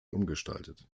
umgestaltet